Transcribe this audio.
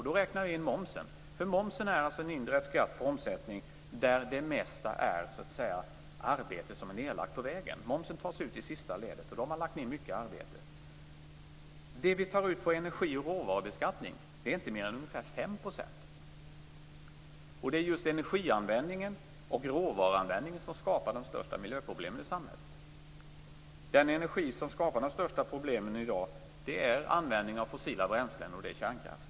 Då räknar jag in momsen, för momsen är en indirekt skatt på omsättning där det mesta så att säga är arbete som är nedlagt på vägen. Momsen tas ut i sista ledet, och då har man lagt ned mycket arbete. Det som tas ut i energi och råvarubeskattning är inte mer än ungefär 5 %. Det är just energianvändningen och råvaruanvändningen som skapar de största miljöproblemen i samhället. De energislag som skapar de största problemen i dag är fossila bränslen och kärnkraft.